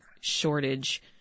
shortage